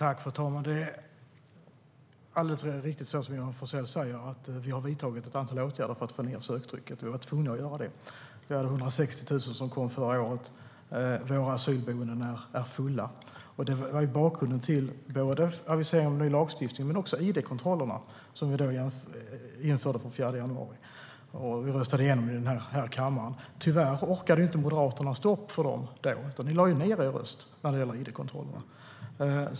Fru talman! Det är alldeles riktigt som Johan Forssell säger att vi har vidtagit ett antal åtgärder för att få ned söktrycket. Vi var tvungna att göra det. Vi har 160 000 som kom förra året. Våra asylboenden är fulla. Det var bakgrunden till aviseringen om ny lagstiftning men också till id-kontrollerna, som vi införde från den 4 januari. Vi röstade igenom det i den här kammaren. Tyvärr orkade inte ni moderater stå upp för det då, utan ni lade ned er röst när det gällde id-kontrollerna.